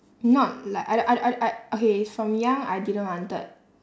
not like I did~ I I I okay from young I didn't wanted